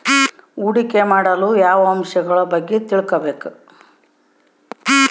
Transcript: ಹೂಡಿಕೆ ಮಾಡಲು ಯಾವ ಅಂಶಗಳ ಬಗ್ಗೆ ತಿಳ್ಕೊಬೇಕು?